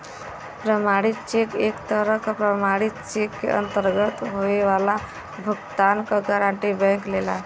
प्रमाणित चेक एक तरह क प्रमाणित चेक के अंतर्गत होये वाला भुगतान क गारंटी बैंक लेला